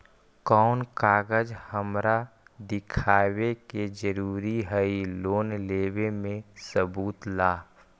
कौन कागज हमरा दिखावे के जरूरी हई लोन लेवे में सबूत ला?